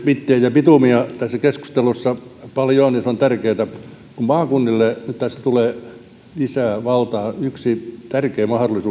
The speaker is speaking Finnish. bittiä ja bitumia tässä keskustelussa paljon on ja se on tärkeätä kun maakunnille nyt tässä tulee lisää valtaa yksi tärkeä